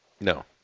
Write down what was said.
No